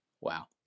Wow